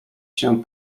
się